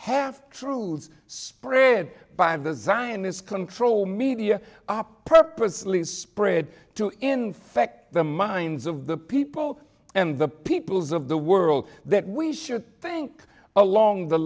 half truths spread by the zionist control media op purposely spread to infect the minds of the people and the peoples of the world that we should think along the